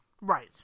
Right